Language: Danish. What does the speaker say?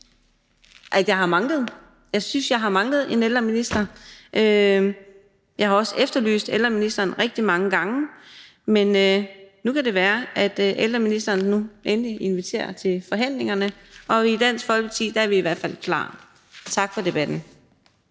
Jeg synes, jeg har manglet en ældreminister, og jeg har også efterlyst ældreministerens tilstedeværelse rigtig mange gange, men nu kan det være, at ældreministeren endelig inviterer til forhandlinger, og i Dansk Folkeparti er vi i hvert fald klar. Tak for debatten.